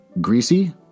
greasy